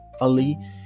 Ali